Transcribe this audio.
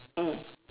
mm